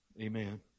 Amen